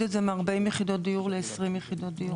את זה מ-40 יחידות דיור ל-20 יחידות דיור.